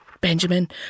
Benjamin